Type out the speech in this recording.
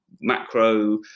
Macro